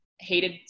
hated